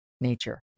nature